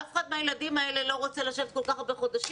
אף אחד מהילדים האלה לא רוצה לשבת כל כך הרבה חודשים,